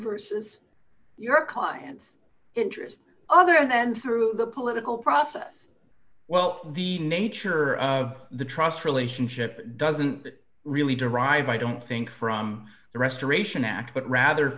versus your client's interest other then through the political process well the nature of the trust relationship doesn't really derive i don't think from the restoration act but rather